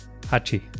Hachi